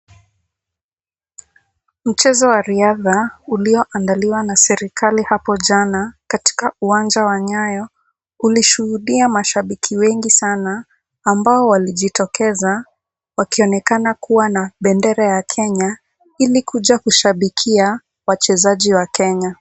Mchezo wa riadha, ulioandaliwa na serikali hapo jana katika uwanja wa nyayo, ulishuhudia mashabiki wengi sana ambao walijitokeza. Wakionekana kuwa na bendera ya Kenya ili kuja kushabikia wachezaji wa Kenya.